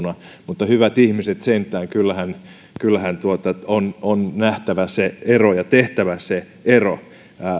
mutta hyvät ihmiset sentään kyllähän kyllähän on on nähtävä se ero ja tehtävä se ero